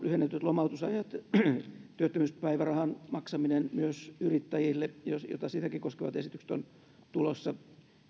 lyhennetyt lomautusajat ja työttömyyspäivärahan maksaminen myös yrittäjille joita heitäkin koskevat esitykset ovat tulossa